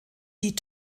die